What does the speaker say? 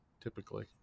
typically